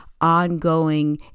ongoing